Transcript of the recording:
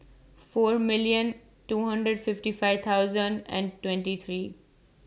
four million two hundred fifty five thousand and twenty three